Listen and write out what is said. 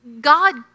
God